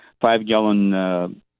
five-gallon